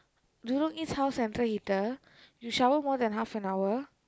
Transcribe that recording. Jurong-East house central heater you shower more than half an hour